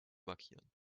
markieren